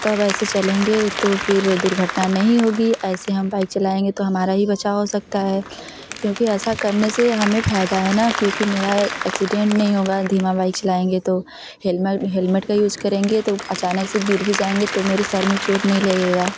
तब ऐसे चलेंगे तो फिर दुर्घटना नहीं होगी ऐसे हम बाइक चलाएँगे तो हमारा ही बचाव हो सकता है क्योंकि ऐसा करने से हमें फायदा है न क्योंकि मेरा एक्सीडेंट नहीं होगा धीमा बाइक चलाएँगे तो हेलमेट का यूज करेंगे तो अचानक से गिर भी जाएँगे तो मेरे सिर में चोट नहीं लगेगा